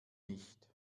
nicht